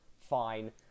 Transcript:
Fine